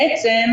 בעצם,